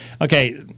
okay